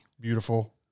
Beautiful